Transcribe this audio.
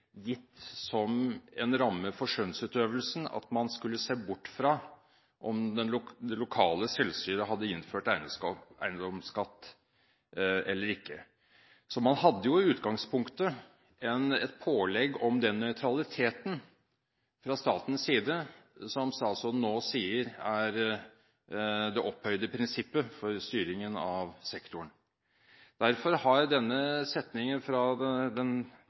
gitt som en ramme for skjønnsutøvelsen at man skulle se bort fra om det lokale selvstyret hadde innført eiendomsskatt eller ikke. Man hadde i utgangspunktet et pålegg om den nøytraliteten fra statens side som statsråden nå sier er det opphøyde prinsippet for styringen av sektoren. Derfor har det å fjerne denne setningen som kommunalministeren fra